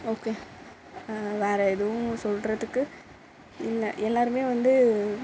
okay வேறு எதுவும் சொல்கிறதுக்கு இல்லை எல்லாேருமே வந்து